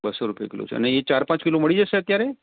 બસો રૂપિયા કિલો છે અને ઇ ચાર પાંચ કિલો મળી જાસે અત્યારે